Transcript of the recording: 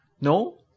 No